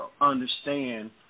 understand